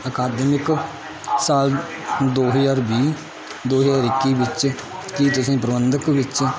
ਅਕਾਦਮਿਕ ਸਾਲ ਦੋ ਹਜ਼ਾਰ ਵੀਹ ਦੋ ਹਜ਼ਾਰ ਇੱਕੀ ਵਿੱਚ ਕੀ ਤੁਸੀਂ ਪ੍ਰਬੰਧਕ ਵਿੱਚ